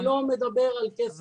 גברתי יושבת הראש אני לא מדבר על כסף.